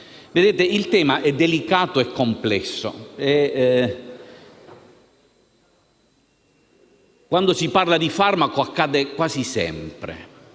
Il tema è delicato e complesso e quando si parla di farmaco accade quasi sempre,